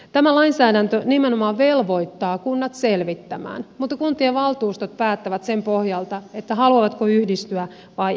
tämä lainsäädäntö nimenomaan velvoittaa kunnat selvittämään mutta kuntien valtuustot päättävät sen pohjalta haluavatko yhdistyä vai eivät